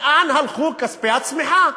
לאן הלכו כספי הצמיחה?